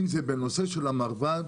אם זה בנושא המרב"ד,